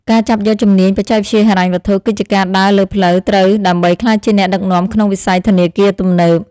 ការចាប់យកជំនាញបច្ចេកវិទ្យាហិរញ្ញវត្ថុ គឺជាការដើរលើផ្លូវត្រូវដើម្បីក្លាយជាអ្នកដឹកនាំក្នុងវិស័យធនាគារទំនើប។